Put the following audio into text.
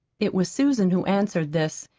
it was susan who answered this.